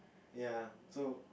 ya so